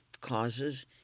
causes